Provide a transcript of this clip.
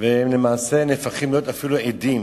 ולמעשה נהפכים להיות אפילו עדים.